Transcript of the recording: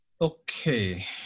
Okay